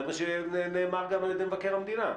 זה מה שנאמר גם על ידי מבקר המדינה.